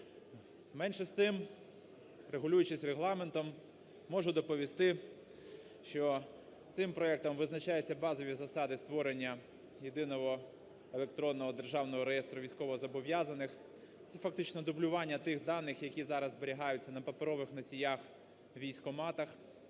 Менше з тим, регулюючись регламентом, можу доповісти, що цим проектом визначаються базові засади створення Єдиного електронного державного реєстру військовозобов'язаних. Це фактично дублювання тих даних, які зараз зберігаються на паперових носіях у військкоматах.